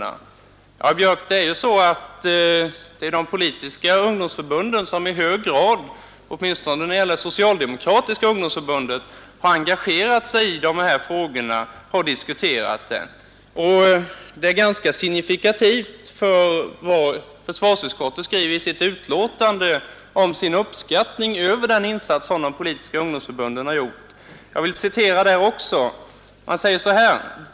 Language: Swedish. Herr Björck, det är ju de politiska ungdomsförbunden, åtminstone det socialdemokratiska, som i hög grad har engagerat sig i dessa frågor och diskuterat dem. Det är då signifikativt vad försvarsutskottet skriver i sitt betänkande om sin uppskattning av den insats som de politiska ungdomsförbunden har gjort. Jag vill citera det också.